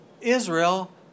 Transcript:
Israel